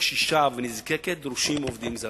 קשישה ונזקקת דרושים עובדים זרים.